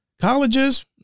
Colleges